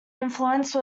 influence